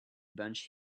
bunch